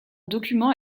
document